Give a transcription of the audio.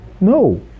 No